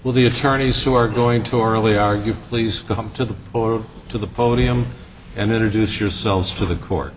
well the attorneys who are going to orally argue please come to the or to the podium and introduce yourselves for the court